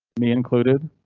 me included.